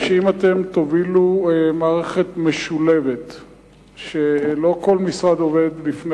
לכן ביקשתי במשרד שללא קשר לחוק הזה יבדקו את